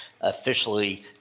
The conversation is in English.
officially